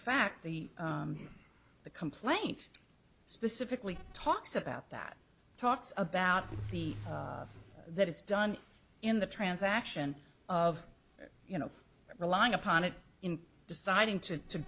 fact the the complaint specifically talks about that talks about the that it's done in the transaction of you know relying upon it in deciding to